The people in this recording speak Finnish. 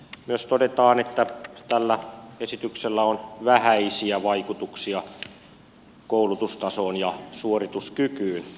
myös todetaan että tällä esityksellä on vähäisiä vaikutuksia koulutustasoon ja suorituskykyyn